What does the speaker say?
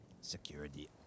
security